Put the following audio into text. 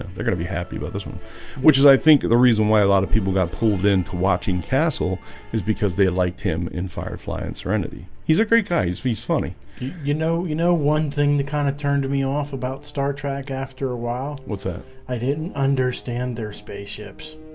they're gonna be happy about this one which is i think the reason why a lot of people got pulled into watching castle is because they liked him in firefly and serenity he's a great guy he's he's funny you know you know one thing to kind of turn to me off about star trek after a while what's up? i didn't understand their spaceships